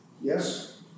Yes